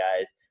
guys